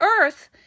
earth